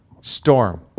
Storm